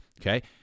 Okay